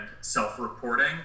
self-reporting